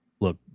look